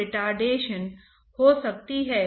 एक उन्नत ट्रांसपोर्ट पाठ्यक्रम है